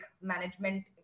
management